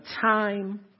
time